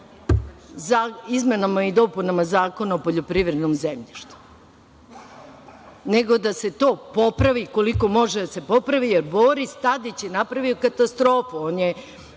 izmenama i dopunama Zakona o poljoprivrednom zemljištu, nego da se to popravi koliko može da se popravi, jer Boris Tadić je napravio katastrofu.